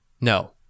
No